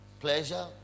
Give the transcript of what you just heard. Pleasure